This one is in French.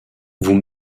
vous